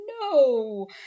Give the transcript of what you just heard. no